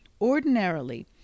Ordinarily